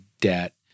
debt